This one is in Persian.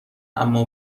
اما